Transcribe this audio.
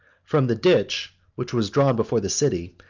from the ditch which was drawn before the city,